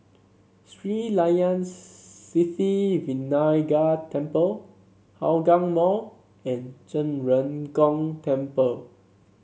Sri Layan Sithi Vinayagar Temple Hougang Mall and Zhen Ren Gong Temple